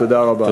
תודה רבה.